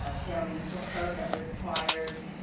ah seattle municipal code that requires